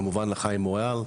כמובן לחיים מויאל,